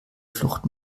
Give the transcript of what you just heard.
flucht